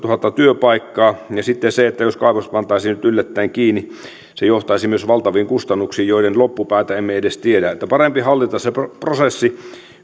työpaikkaa ja sitten jos kaivos pantaisiin nyt yllättäen kiinni se johtaisi myös valtaviin kustannuksiin joiden loppupäätä emme edes tiedä että parempi hallita se prosessi